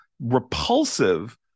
repulsive